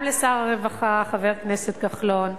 גם לשר הרווחה, חבר הכנסת כחלון,